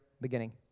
beginning